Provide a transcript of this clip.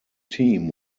team